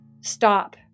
stop